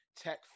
tech